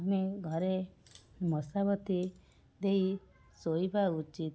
ଆମେ ଘରେ ମଶାବତୀ ଦେଇ ଶୋଇବା ଉଚିତ